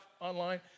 online